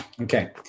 Okay